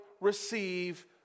receive